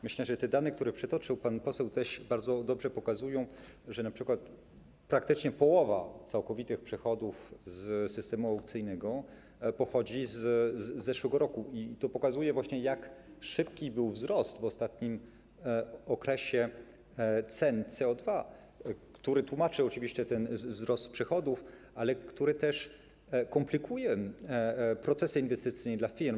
Myślę, że te dane, które przytoczył pan poseł, bardzo dobrze pokazują, że np. praktycznie połowa całkowitych przychodów z systemu aukcyjnego pochodzi z zeszłego roku i to pokazuje, jak szybki był wzrost cen CO2 w ostatnim okresie, który tłumaczył oczywiście ten wzrost przychodów, ale który też komplikuje procesy inwestycyjne w przypadku firm.